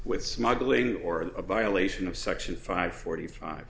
with smuggling or a violation of section five forty five